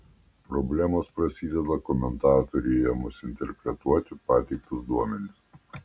problemos prasideda komentatoriui ėmus interpretuoti pateiktus duomenis